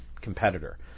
competitor